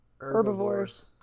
Herbivores